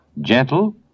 gentle